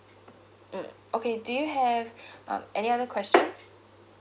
mm okay do you have um any other questions